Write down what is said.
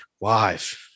live